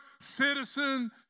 citizen